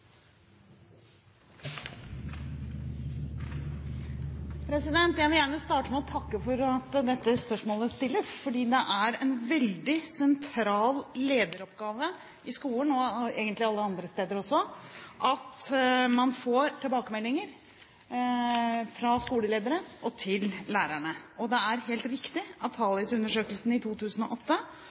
Jeg vil gjerne starte med å takke for at dette spørsmålet stilles, fordi det er en veldig sentral lederoppgave i skolen – og egentlig alle andre steder – at skoleledere gir tilbakemeldinger til lærerne. Det er helt riktig at TALIS-undersøkelsen i 2008